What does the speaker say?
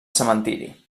cementiri